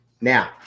Now